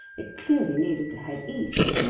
it clearly needed to head east.